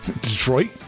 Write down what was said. Detroit